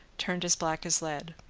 turned as black as lead.